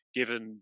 given